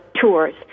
tours